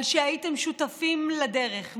על שהייתם שותפים לדרך,